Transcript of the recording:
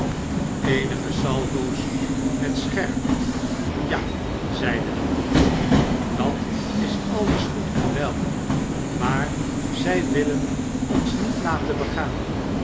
salvo's met scherp ja zeide de andere dat is alles goed en wel maar zij willen ons niet laten begaan